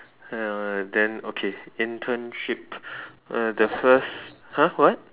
alright then okay internship uh the first !huh! what